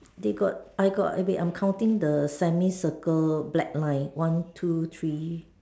they got I got okay I am counting the semi circle black line one two three